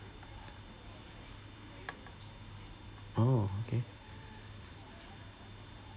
oh okay